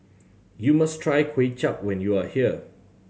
you must try Kway Chap when you are here